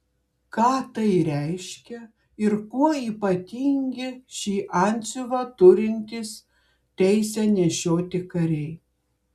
ką tai reiškia ir kuo ypatingi šį antsiuvą turintys teisę nešioti kariai